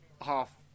half